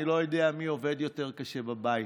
אני לא יודע מי עובד יותר קשה בבית,